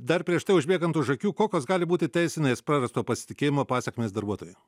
dar prieš tai užbėgant už akių kokios gali būti teisinės prarasto pasitikėjimo pasekmės darbuotojui